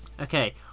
Okay